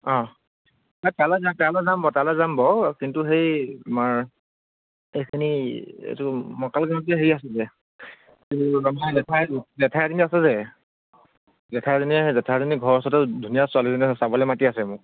অ' নাই তালৈ তালৈ যাম বাও তালৈ যাম বাও কিন্তু সেই সেইখিনি জেঠাই এজনী আছে যে জেঠাই জনী জেঠাই জনী ঘৰৰ ওচৰতে ধুনীয়া ছোৱালী এজনী আছে চাবলৈ মাতি আছে মোক